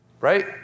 right